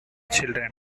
children